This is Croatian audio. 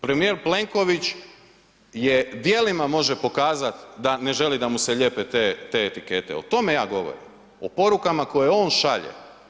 Premijer Plenković djelima može pokazati da ne želi da mu se lijepe te etikete, o tome ja govorim, o porukama koje on šalje.